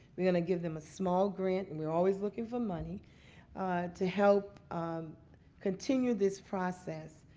we're going to give them a small grant and we're always looking for money to help continue this process.